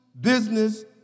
business